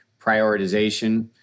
prioritization